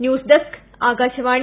news desk Akashvani